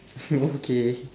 okay